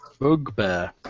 Bugbear